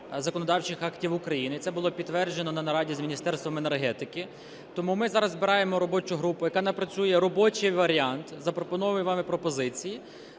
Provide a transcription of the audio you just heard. законодавчих актів України. І це було підтверджено на нараді з Міністерством енергетики. Тому ми зараз збираємо робочу групу, яка напрацює робочий варіант запропонованої вами пропозиції